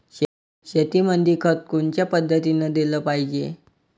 शेतीमंदी खत कोनच्या पद्धतीने देलं पाहिजे?